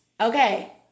Okay